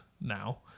now